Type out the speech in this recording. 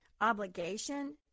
obligation